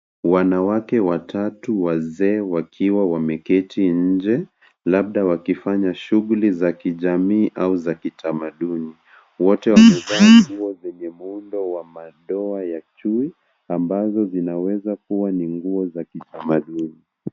Wanawake watatu wazee wakiwa wameketi nje labda wakifanya shughuli za kijamii au za kitamaduni. Wote wamevaa nguo zenye muundo wa mandoa ya chui ambazo zinaweza kuwa ni nguo za kitamaduni.